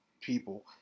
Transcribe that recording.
people